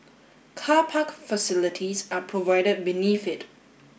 car park facilities are provided beneath it